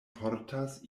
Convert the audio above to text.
portas